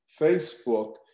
Facebook